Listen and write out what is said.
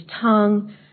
tongue